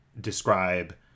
describe